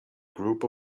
group